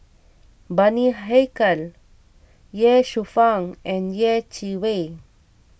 Bani Haykal Ye Shufang and Yeh Chi Wei